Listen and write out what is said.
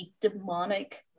demonic